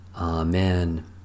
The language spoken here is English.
Amen